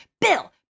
Bill